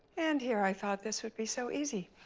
and here i thought this would be so easy.